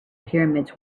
pyramids